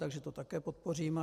Takže to také podpoříme.